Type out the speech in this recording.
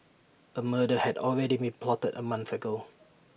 A murder had already been plotted A month ago